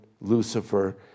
Lucifer